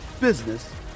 business